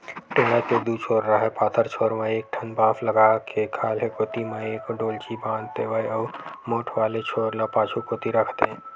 टेंड़ा के दू छोर राहय पातर छोर म एक ठन बांस लगा के खाल्हे कोती म एक डोल्ची बांध देवय अउ मोठ वाले छोर ल पाछू कोती रख देय